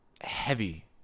heavy